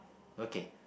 okay